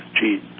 gene